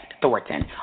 Thornton